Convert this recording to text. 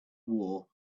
war